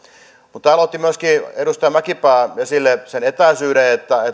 mutta täällä otti myöskin edustaja mäkipää esille sen etäisyyden että